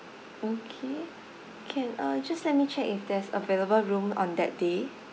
okay can uh just let me check if there's available room on that day